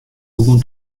begûn